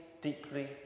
deeply